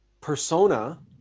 persona